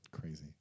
Crazy